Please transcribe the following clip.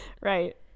Right